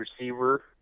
receiver